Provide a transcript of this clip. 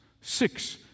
six